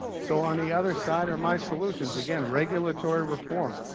so on the other side are my solutions. again, regulatory reform.